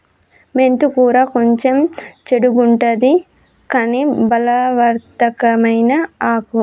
మెంతి కూర కొంచెం చెడుగుంటది కని బలవర్ధకమైన ఆకు